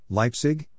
Leipzig